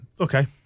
Okay